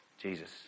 Jesus